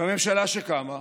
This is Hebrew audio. והממשלה שקמה,